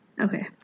Okay